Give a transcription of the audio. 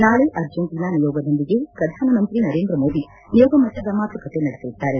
ನಾಳೆ ಅರ್ಜ್ಸೆಂಟನಾ ನಿಯೋಗದೊಂದಿಗೆ ಪ್ರಧಾನಮಂತ್ರಿ ನರೇಂದ್ರ ಮೋದಿ ನಿಯೋಗ ಮಟ್ಟದ ಮಾತುಕತೆ ನಡೆಸಲಿದ್ದಾರೆ